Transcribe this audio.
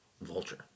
Vulture